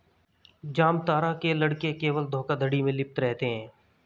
जामतारा के लड़के केवल धोखाधड़ी में लिप्त रहते हैं